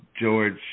George